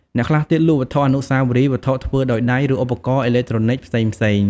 អ្នកខ្លះទៀតលក់វត្ថុអនុស្សាវរីយ៍ វត្ថុធ្វើដោយដៃ ឬឧបករណ៍អេឡិចត្រូនិចផ្សេងៗ។